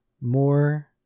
more